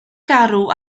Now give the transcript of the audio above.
garw